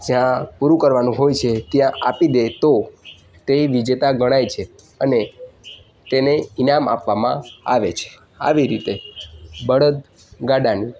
જ્યાં પૂરું કરવાનું હોય છે ત્યાં આપી દે તો તે વિજેતા ગણાય છે અને તેને ઇનામ આપવામાં આવે છે આવી રીતે બળદગાડાની